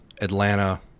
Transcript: Atlanta